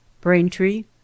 Braintree